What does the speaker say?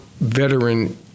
veteran